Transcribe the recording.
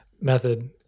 method